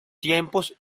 tiempos